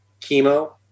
chemo